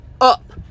up